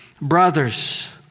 Brothers